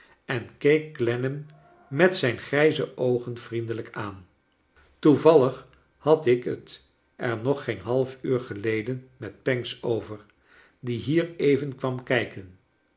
en keek clennam met zijn grijze oogen vriendelijk aan toevallig had ik t er nog geen half uur geleden met pancks over die hier even kwam kijkon